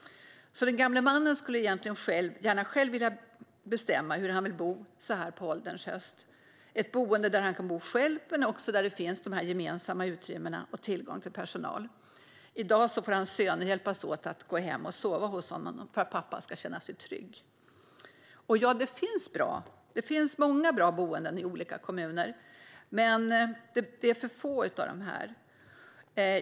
Den gamle mannen skulle gärna vilja bestämma själv hur han ska bo på ålderns höst: i ett boende där han kan bo själv men där det också finns gemensamma utrymmen och tillgång till personal. I dag får hans söner hjälpas åt att gå hem och sova hos sin pappa för att han ska känna sig trygg. Visst finns det många bra boenden i olika kommuner, men de är för få.